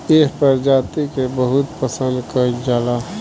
एह प्रजाति के बहुत पसंद कईल जाला